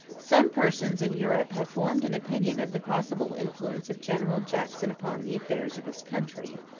some persons in europe have formed an opinion of the possible influence of general jackson upon the affairs of his country,